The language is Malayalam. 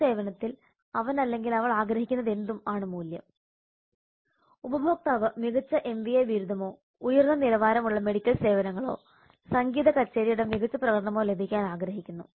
ഒരു സേവനത്തിൽ അവൻ അല്ലെങ്കിൽ അവൾ ആഗ്രഹിക്കുന്നതെന്തും ആണ് മൂല്യം ഉപഭോക്താവ് മികച്ച എംബിഎ ബിരുദമോ ഉയർന്ന നിലവാരമുള്ള മെഡിക്കൽ സേവനങ്ങളോ സംഗീത കച്ചേരിയുടെ മികച്ച പ്രകടനമോ ലഭിക്കാൻ ആഗ്രഹിക്കുന്നു